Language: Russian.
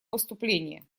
выступления